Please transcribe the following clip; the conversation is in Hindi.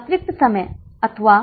क्योंकि एसवीसी ऊपर चला गया था